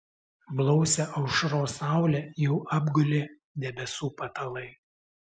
blausią aušros saulę jau apgulė debesų patalai